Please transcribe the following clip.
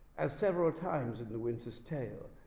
as several times the winter's tale,